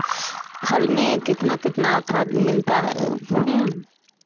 फल में कितना कितना मिलता है